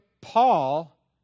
Paul